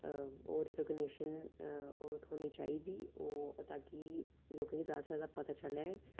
अ होर रिकोगनैशन अ ओह् थ्होनी चाहिदी ओह् तां की लोकें गी जैदा शा जैदा पता चलै